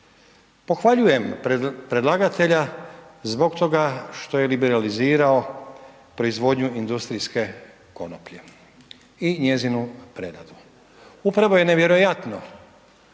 Pohvaljujem predlagatelja, zbog toga što je liberalizirao proizvodnju industrijske konoplje i njezinu preinaku. Upravo je nevjerojatno